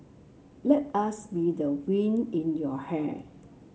let us be the wind in your hair